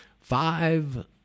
Five